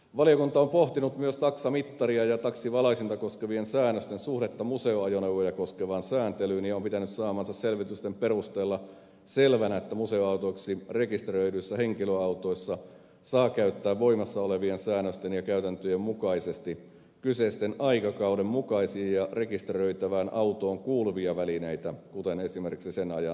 valiokunta on pohtinut myös taksamittaria ja taksivalaisinta koskevien säännösten suhdetta museoajoneuvoja koskevaan sääntelyyn ja on pitänyt saamiensa selvitysten perusteella selvänä että museoautoiksi rekisteröidyissä henkilöautoissa saa käyttää voimassa olevien säännösten ja käytäntöjen mukaisesti kyseisen aikakauden mukaisia ja rekisteröitävään autoon kuuluvia välineitä kuten esimerkiksi sen ajan taksivalaisinta